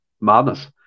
Madness